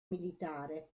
militare